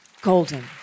golden